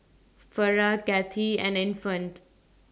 Farrah Cathie and Infant